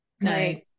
nice